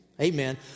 Amen